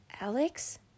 Alex